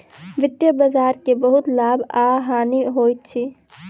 वित्तीय बजार के बहुत लाभ आ हानि होइत अछि